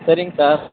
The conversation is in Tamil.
சரிங்க சார்